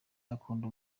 bakunda